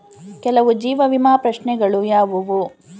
ಕೆಲವು ಜೀವ ವಿಮಾ ಪ್ರಶ್ನೆಗಳು ಯಾವುವು?